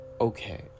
okay